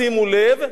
שימו לב,